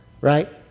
right